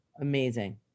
Amazing